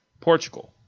Portugal